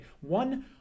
one